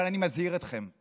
אבל אני מזהיר אתכם: